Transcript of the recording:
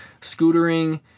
scootering